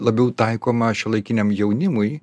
labiau taikoma šiuolaikiniam jaunimui